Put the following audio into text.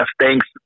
Thanks